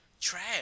Trash